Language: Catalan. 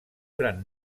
gran